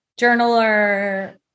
journaler